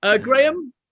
Graham